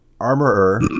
Armorer